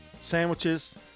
sandwiches